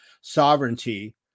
sovereignty